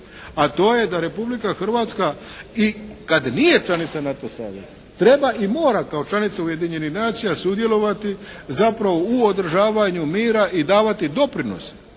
a to je da Republika Hrvatska i kad nije članica NATO saveza treba i mora kao članica Ujedinjenih nacija sudjelovati zapravo u održavanju mira i davati doprinos